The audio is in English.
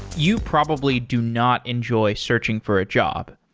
you probably do not enjoy searching for a job.